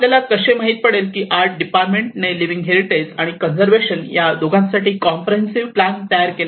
आपल्याला कसे माहित पडेल कि आर्ट डिपार्टमेंट ने लिविंग हेरिटेज आणि कंजर्वेशन या दोघांसाठी कम्प्रेहेंसिवे प्लॅन तयार केला आहे